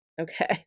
okay